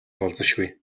болзошгүй